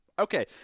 Okay